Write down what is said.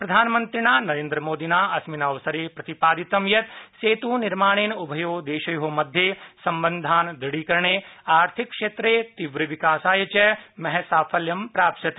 प्रधानमंत्रिणा नरेन्द्रमोदिना अस्मिन् अवसरे प्रतिपादितं यत् सेतुनिर्माणेन उभयोः देशयोः मध्ये सम्बधान् दुढीकरणे आर्थिक क्षेत्रे तीव्रविकासाय च महत् साफल्यं प्राप्स्यते